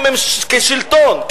כשלטון,